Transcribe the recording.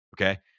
Okay